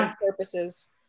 purposes